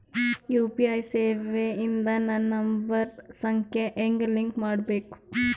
UPI ಸೇವೆ ಇಂದ ನನ್ನ ಮೊಬೈಲ್ ಸಂಖ್ಯೆ ಹೆಂಗ್ ಲಿಂಕ್ ಮಾಡಬೇಕು?